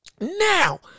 Now